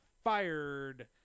fired